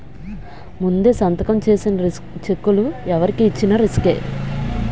ముందే సంతకం చేసిన చెక్కులు ఎవరికి ఇచ్చిన రిసుకే